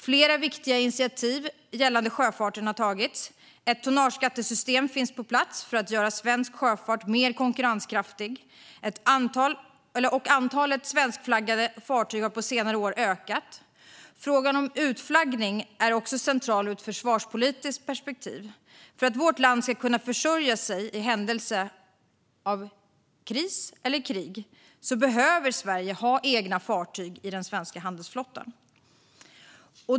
Flera viktiga initiativ gällande sjöfarten har tagits. Ett tonnageskattesystem finns på plats för att göra svensk sjöfart mer konkurrenskraftig, och antalet svenskflaggade fartyg har på senare år ökat. Frågan om utflaggning är också central ur ett försvarspolitiskt perspektiv: För att vårt land ska kunna försörja sig i händelse av kris eller krig behöver Sverige ha egna fartyg i den svenska handelsflottan.